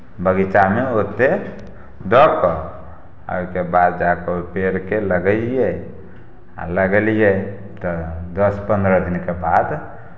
बगीचामे ओतेक दऽ कऽ आ ओहिके बाद जा कऽ ओ पेड़के लगैयै आ लगेलियै तऽ दस पन्द्रह दिनके बाद